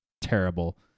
terrible